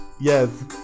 yes